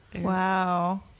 wow